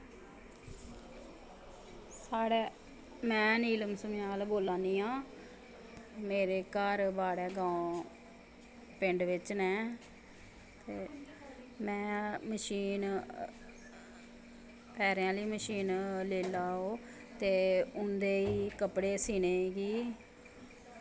साढ़े में नीलम सम्याल बोला नी आं मेरे घर बाड़े गांव पिंड बिच न ते में मशीन पैरें आह्ली मशीन लेई लैओ ते उं'दे ई कपड़े सीह्नें गी